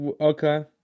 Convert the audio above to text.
okay